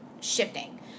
shifting